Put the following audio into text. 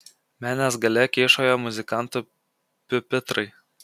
menės gale kyšojo muzikantų piupitrai